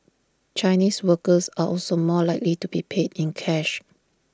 Chinese workers are also more likely to be paid in cash